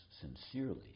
sincerely